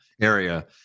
area